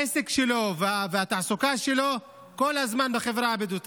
העסק שלו והתעסוקה שלו כל הזמן בחברה הבדואית,